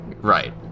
Right